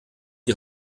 die